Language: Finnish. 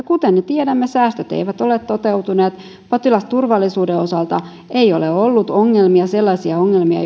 kuten me tiedämme säästöt eivät ole toteutuneet potilasturvallisuuden osalta ei ole ollut ongelmia sellaisia ongelmia